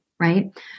right